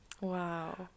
Wow